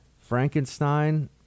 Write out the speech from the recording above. Frankenstein